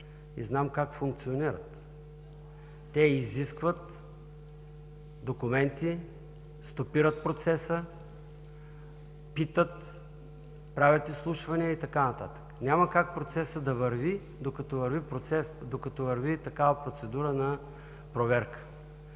и знам как функционират – те изискват документи, стопират процеса, питат, правят изслушвания и така нататък. Няма как процеса да върви, докато върви такава процедура на проверка.